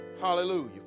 Hallelujah